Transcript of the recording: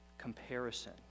comparison